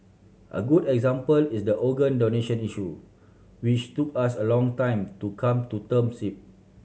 a good example is the organ donation issue which took us a long time to come to terms with